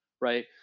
right